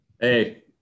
Hey